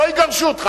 לא יגרשו אותך.